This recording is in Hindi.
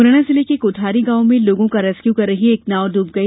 मुरैना जिले के कोठरी गांव में लोगों का रेस्क्यू कर रही एक नाव डूब गई